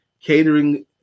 Catering